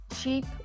cheap